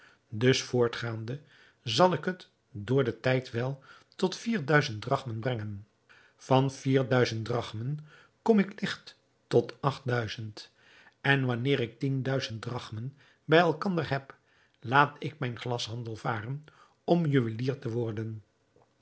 dus voortgaande zal ik het door den tijd wel tot vier duizend drachmen brengen van vier duizend drachmen kom ik ligt tot acht duizend en wanneer ik tien duizend drachmen bij elkander heb laat ik mijn glashandel varen om juwelier te worden